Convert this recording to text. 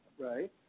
Right